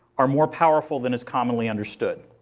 are more powerful than is commonly understood.